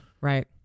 right